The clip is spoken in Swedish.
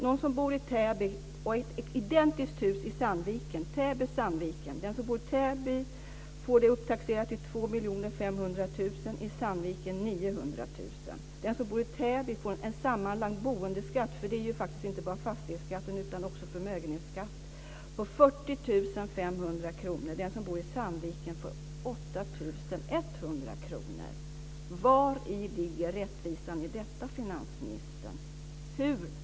Någon bor i Täby och en annan i ett identiskt hus i Sandviken. Den som bor i Täby får huset upptaxerat till 2 500 000. I Sandviken blir det 900 000. Den som bor i Täby får en sammanlagd boendeskatt - det är faktiskt inte bara fastighetsskatten utan också förmögenhetsskatt - på 40 500 kr. Den som bor i Sandviken får 8 100 kr. Vari ligger rättvisan i detta, finansministern?